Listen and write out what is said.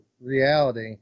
reality